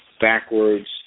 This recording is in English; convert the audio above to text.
backwards